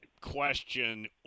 question